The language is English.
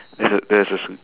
there's a there is a su~